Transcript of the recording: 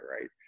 right